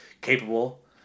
capable